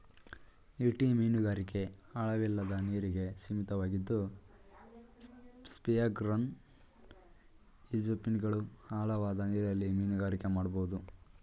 ಈಟಿ ಮೀನುಗಾರಿಕೆ ಆಳವಿಲ್ಲದ ನೀರಿಗೆ ಸೀಮಿತವಾಗಿದ್ದು ಸ್ಪಿಯರ್ಗನ್ ಈಜುಫಿನ್ಗಳು ಆಳವಾದ ನೀರಲ್ಲಿ ಮೀನುಗಾರಿಕೆ ಮಾಡ್ಬೋದು